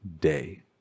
day